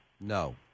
No